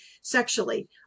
sexually